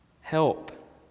help